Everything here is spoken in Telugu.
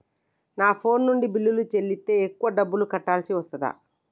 నా ఫోన్ నుండి బిల్లులు చెల్లిస్తే ఎక్కువ డబ్బులు కట్టాల్సి వస్తదా?